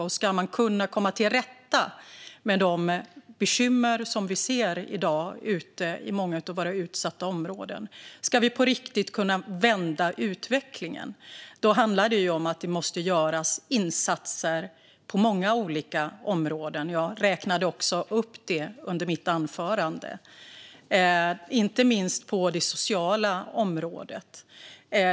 Om vi ska kunna komma till rätta med de bekymmer vi i dag ser ute i många av våra utsatta områden - om vi på riktigt ska kunna vända utvecklingen - måste det göras insatser på många olika områden. Jag räknade upp dem i mitt anförande. Det gäller inte minst det sociala området.